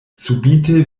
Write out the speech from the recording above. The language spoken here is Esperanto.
subite